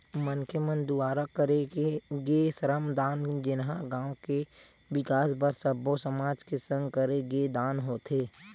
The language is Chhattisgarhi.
मनखे मन दुवारा करे गे श्रम दान जेनहा गाँव के बिकास बर सब्बो समाज के संग करे गे दान होथे